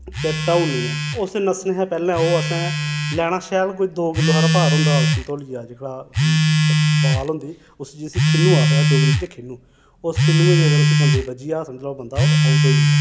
ते टाउनियां उस दे नस्सने हा पैह्ले ओह् असें लैना शैल कोई दो किल्लो हारा भार होंदा संतोलिया जेह्कड़ा बाल होंदी उस्सी जिस्सी खिन्नू आखदे डोगरी बिच्च खिन्नू उस खीन्नूए दी अगर उस्सी बंदे बज्जिया समझी लाओ बंदा ओह् आउट होई गेआ